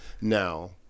Now